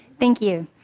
thank you.